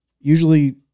usually